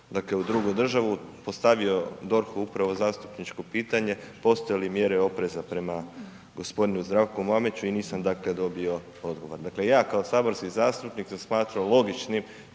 u drugu državu, postavio DORH-u upravo zastupničko pitanje, postoje li mjere opreza prema g. Zdravku Mamiću i nisam dakle dobio odgovor. Dakle ja kao saborski zastupnik sam smatrao logičnim